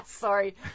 Sorry